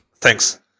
Thanks